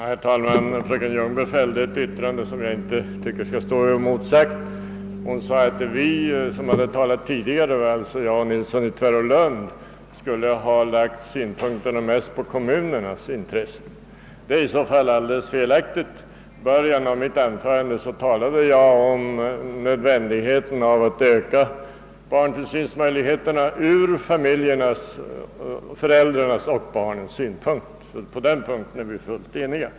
Herr talman! Fröken Ljungberg fällde ett yttrande som jag inte vill låta stå oemotsagt, nämligen att de som hade talat tidigare — alltså herr Nilsson i Tvärålund och jag — skulle ha lagt tyngdpunkten främst på kommunernas intressen. Det är alldeles felaktigt. I början av mitt anförande talade jag om nödvändigheten av att öka barntillsynsmöjligheterna just från föräldrarnas och barnens synpunkt. I detta avsende är vi fullt eniga.